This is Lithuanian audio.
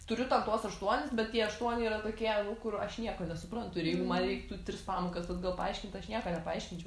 turiu ten tuos aštuonis bet tie aštuoni yra tokie nu kur aš nieko nesuprantu ir jeigu man reiktų tris pamokas atgal paaiškint aš nieko nepaaiškinčiau